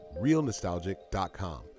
realnostalgic.com